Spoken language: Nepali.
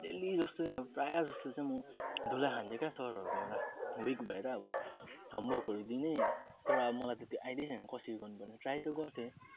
डेली जस्तो अब प्राय जस्तो चाहिँ म धुलाई खान्थेँ क्या सरहरूकोबाट विक भएर अब होमवर्कहरू दिने तर मलाई त आइडिया छैन कसरी गर्नुपर्ने ट्राई त गर्थेँ